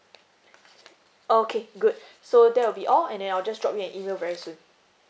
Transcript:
okay good so that will be all and then I'll just drop you an email very soon